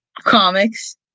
Comics